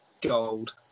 gold